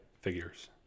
figures